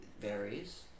varies